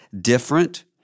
different